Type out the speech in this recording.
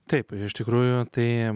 taip iš tikrųjų tai